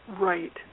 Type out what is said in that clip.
Right